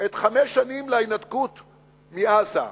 חמש שנים להתנתקות מעזה.